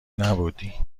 نبودی